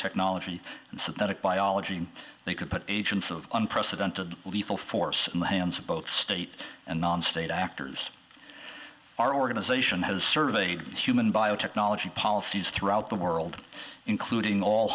technology and synthetic biology they could put agents of unprecedented lethal force in the hands of both state and non state actors our organization has surveyed human biotechnology policies throughout the world including all